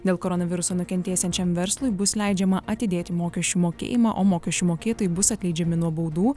dėl koronaviruso nukentėsiančiam verslui bus leidžiama atidėti mokesčių mokėjimą o mokesčių mokėtojai bus atleidžiami nuo baudų